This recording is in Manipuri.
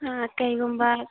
ꯑꯥ ꯀꯔꯤꯒꯨꯝꯕ